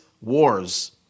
wars